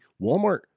Walmart